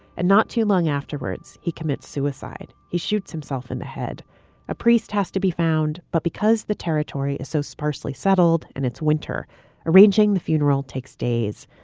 and not too long afterwards, he commits suicide. he shoots himself in the head a priest has to be found. but because the territory is so sparsely settled and it's winter arranging, the funeral takes days.